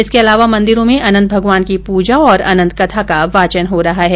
इसके अलावा मंदिरों में अनंत भगवान की पूजा और अनंत कथा का वाचन हो रहा है